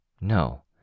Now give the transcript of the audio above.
No